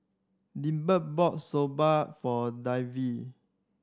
Delbert bought Soba for Davey